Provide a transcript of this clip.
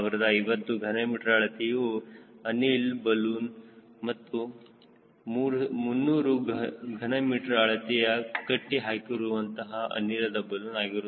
1050 ಘನಮೀಟರ್ ಅಳತೆಯ ಅನಿಲದ ಬಲೂನ್ ಮತ್ತು 300 ಘನ ಮೀಟರ್ ಅಳತೆಯ ಕಟ್ಟಿ ಹಾಕಿರುವಂತಹ ಅನಿಲದ ಬಲೂನ್ ಆಗಿರುತ್ತದೆ